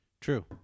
True